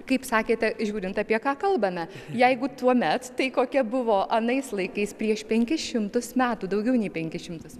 kaip sakėte žiūrint apie ką kalbame jeigu tuomet tai kokia buvo anais laikais prieš penkis šimtus metų daugiau nei penkis šimtus metų